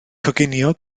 coginio